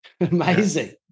Amazing